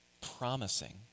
promising